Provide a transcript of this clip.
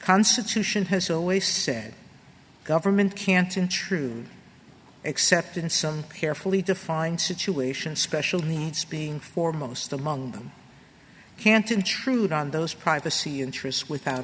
constitution has always said government can't intrude except in some carefully defined situations special needs being foremost among them can't intrude on those privacy interests without